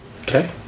Okay